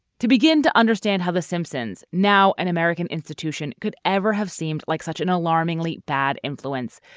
to begin to understand how the simpsons. now an american institution could ever have seemed like such an alarmingly bad influence.